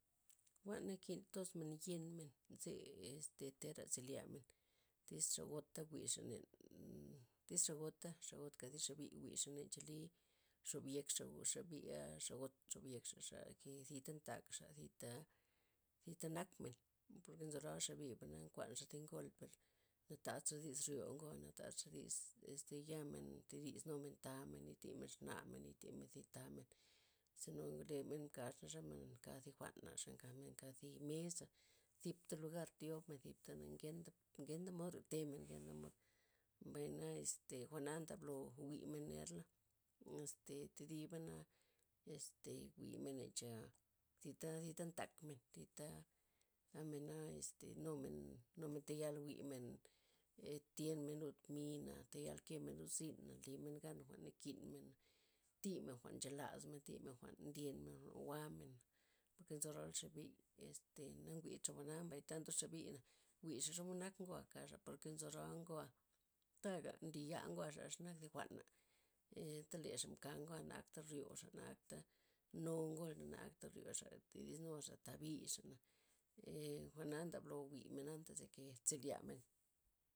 Jwan nakin tosmen yenmen, nze este tera zelyamen, tyz xagota wixa nen nnn- tiz xagota- xagota ka thi xabi wixa nen chalii xobyekxa o xabi a o xagot xobyekxaxa ke zita ntakxa zita zita nakmen, porke nzo roa xabiba nkuanxa thi ngol per natadxa dis rio ngoana natadxa dis este yamen thidis numen tamen, yetimen exnamen, yetimen thi tamen zeno ndole men mkaxaxa gabmen ka thi jwa'na ze nkamen thi mesa', zipta lugar thiomen, zipta nangenta' genta mod riotemen, genta mod mbay naeste jwa'na ndablo wimnen nerla mm- este thibana este wimen cha zita- zita ntakmen, zita gabmen na este numen numen tayal jwi'men, ee thienmen lud mina, tayal kemen lud zyna', limen gan jwa'n nakinmena, thimen jwa'n nchelasmen, thimen jwa'n ndyenmen, jwa'n wuamen, porke nzo rolxa xabi este nanwitxa jwa'na mbay tanto xabi wixa xomod nak kaxa' porke nzo roa ngoa, taga nliya ngoaxa xe nak thi jwa'na, ee- talexa mka ngoa nanaktra ri'oxa naaktha noongoa naakta ri'oxa tedisnuxa taa bixana' ee- jwa'na ndablo wimena' antes zelyamen.